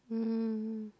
um